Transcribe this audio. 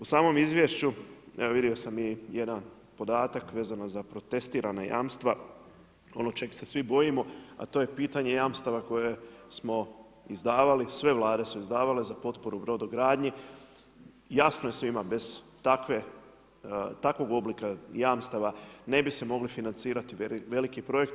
U samom izvješću, evo vidio sam i jedan podatak vezano za protestirana jamstva, ono čeg se svi bojimo, a to je pitanje jamstava koje smo izdavali, sve vlade su izdavale za potporu brodogradnji, jasno je svima, bez takvog oblika jamstava, ne bi se mogli financirati veliki projekti.